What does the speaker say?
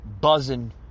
buzzing